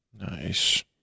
Nice